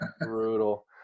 Brutal